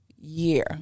year